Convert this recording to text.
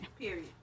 Period